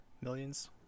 Millions